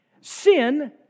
Sin